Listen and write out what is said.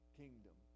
kingdom